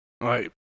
Right